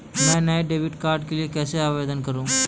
मैं नए debit card के लिए कैसे आवेदन करूं?